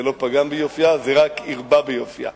זה לא פגם ביופיה, זה רק הרבה ביופיה.